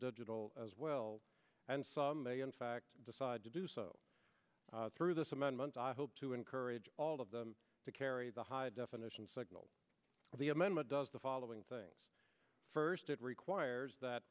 digital as well and some may in fact decide to do so through this amendment i hope to encourage all of them to carry the high definition signal of the amendment does the following things first it requires that